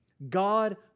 God